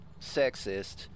sexist